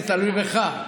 זה תלוי בך.